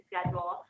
schedule